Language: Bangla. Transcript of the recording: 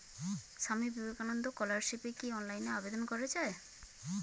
স্বামী বিবেকানন্দ ফেলোশিপে কি অনলাইনে আবেদন করা য়ায়?